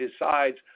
decides